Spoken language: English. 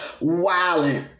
wilding